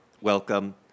Welcome